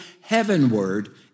heavenward